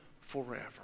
forever